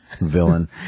Villain